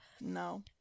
No